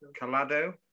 Calado